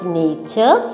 nature